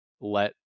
let